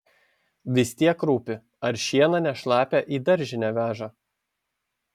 vis tiek rūpi ar šieną ne šlapią į daržinę veža